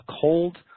cold